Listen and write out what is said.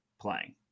playing